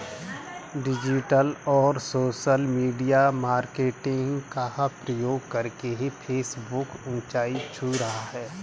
digital और social media marketing का प्रयोग करके फेसबुक ऊंचाई छू रहा है